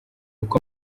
uko